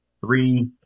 three